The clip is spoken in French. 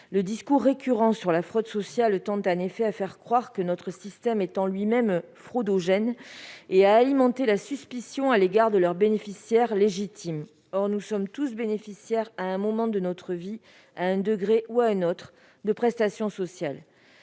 Le discours récurrent sur la fraude sociale tend en effet à faire croire que notre système serait en lui-même « fraudogène » et à alimenter la suspicion vis-à-vis de ceux qui en bénéficient légitimement. Or nous bénéficions tous à un moment de notre vie, à un degré ou à un autre, de prestations sociales.